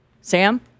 Sam